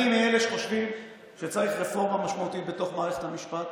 אני מאלה שחושבים שצריך רפורמה משמעותית בתוך מערכת המשפט